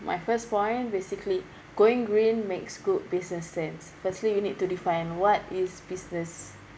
my first point basically going green makes good business sense firstly you need to define what is business